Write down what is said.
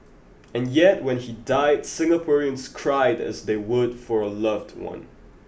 and yet when he died Singaporeans cried as they would for a loved one